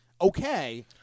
okay